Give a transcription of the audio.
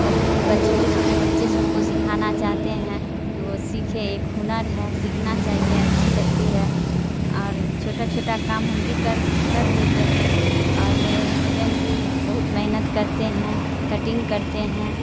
چھوٹے چھوٹے بچے سب کو سکھانا چاہتے ہیں کہ وہ سیکھے ایک ہنر ہے سیکھنا چاہیے اچھی لگتی ہے اور چھوٹا چھوٹا کام ہم بھی کر کر لیتے ہیں اور میرے ہسبینڈ بھی بہت محنت کرتے ہیں کٹنگ کرتے ہیں